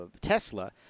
Tesla